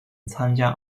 参加